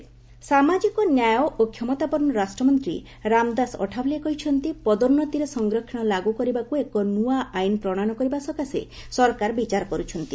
Athawale reservation ସାମାଜିକ ନ୍ୟାୟ ଓ କ୍ଷମତାପନ୍ନ ରାଷ୍ଟ୍ରମନ୍ତ୍ରୀ ରାମଦାସ ଅଠାବଲେ କହିଛନ୍ତି ପଦୋନ୍ନତିରେ ସଂରକ୍ଷଣ ଲାଗୁ କରିବାକୁ ଏକ ନ୍ତଆ ଆଇନ ପ୍ରଣୟନ କରିବା ସକାଶେ ସରକାର ବିଚାର କରୁଛନ୍ତି